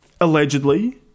Allegedly